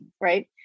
right